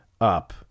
up